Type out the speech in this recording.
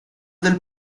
del